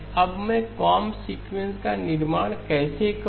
अब मैं कोंब सीक्वेंस का निर्माण कैसे करूँ